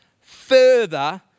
further